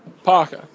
Parker